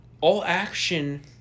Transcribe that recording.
all-action